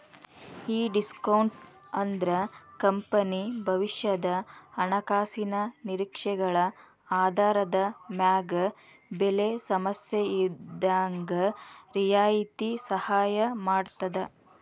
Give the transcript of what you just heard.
ಈ ಡಿಸ್ಕೋನ್ಟ್ ಅಂದ್ರ ಕಂಪನಿ ಭವಿಷ್ಯದ ಹಣಕಾಸಿನ ನಿರೇಕ್ಷೆಗಳ ಆಧಾರದ ಮ್ಯಾಗ ಬೆಲೆ ಸಮಸ್ಯೆಇದ್ದಾಗ್ ರಿಯಾಯಿತಿ ಸಹಾಯ ಮಾಡ್ತದ